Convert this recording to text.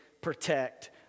protect